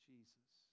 Jesus